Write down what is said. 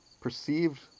perceived